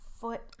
foot